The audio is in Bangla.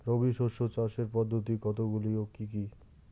রবি শস্য চাষের পদ্ধতি কতগুলি কি কি?